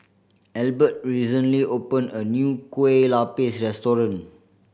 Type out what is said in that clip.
Albert recently opene a new Kueh Lapis restaurant